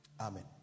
Amen